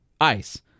ICE